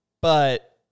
But-